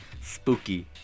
spooky